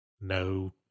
No